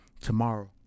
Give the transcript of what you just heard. tomorrow